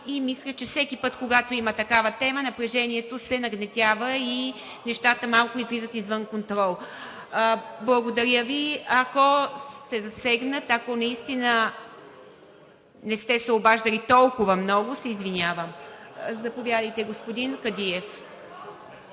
Мисля, че всеки път, когато има такава тема, напрежението се нагнетява и нещата малко излизат извън контрол. Благодаря Ви. Ако сте засегнат, ако наистина не сте се обаждали толкова много, се извинявам. Заповядайте, господин Кадиев.